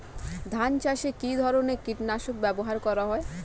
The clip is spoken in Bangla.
ধান চাষে কী ধরনের কীট নাশক ব্যাবহার করা হয়?